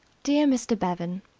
dear mr. bevan,